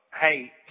Hey